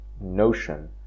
notion